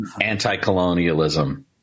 anti-colonialism